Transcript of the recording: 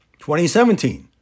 2017